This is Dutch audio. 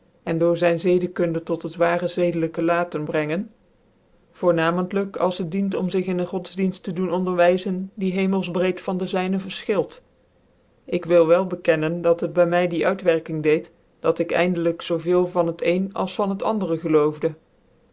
en door zyn zcdekunde tot het ware zedelijke laten brengen voornamentlijk als het dient om zig in een godsdicnft tc doen onderwyzen die hemelsbreed van de zync vcrfchild ik wil wel bekennen dat het by my die uitwerking deed dat ik eindelijk zoo veel van het ccn als van het andere geloofde